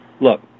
look